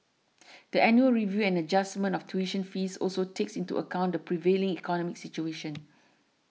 the annual review and adjustment of tuition fees also takes into account the prevailing economic situation